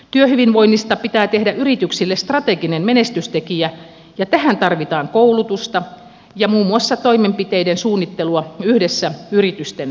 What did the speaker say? työhyvinvoinnista pitää tehdä yrityksille strateginen menestystekijä ja tähän tarvitaan koulutusta ja muun muassa toimenpiteiden suunnittelua yhdessä yritysten henkilökunnan kanssa